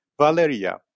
Valeria